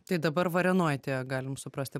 tai dabar varėnoj tie galim suprasti